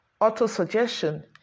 auto-suggestion